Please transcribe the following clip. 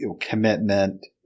commitment